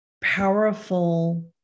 powerful